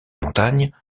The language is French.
montagne